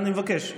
אני מבקש,